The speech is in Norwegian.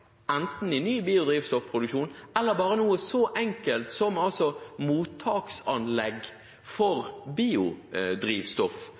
enten det er i ny biodrivstoffproduksjon, eller det bare er noe så enkelt som mottaksanlegg